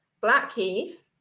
Blackheath